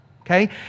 okay